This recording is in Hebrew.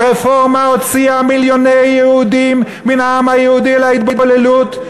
הרפורמה הוציאה מיליוני יהודים מן העם היהודי להתבוללות,